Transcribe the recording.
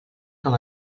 com